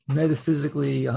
metaphysically